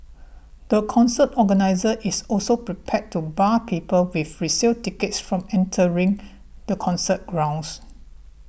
the concert organiser is also prepared to bar people with resale tickets from entering the concert grounds